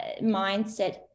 mindset